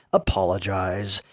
apologize